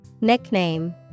Nickname